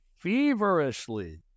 feverishly